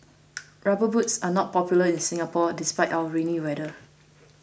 rubber boots are not popular in Singapore despite our rainy weather